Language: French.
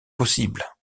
possible